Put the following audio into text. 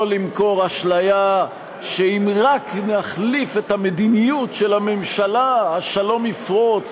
לא למכור אשליה שאם רק נחליף את המדיניות של הממשלה השלום יפרוץ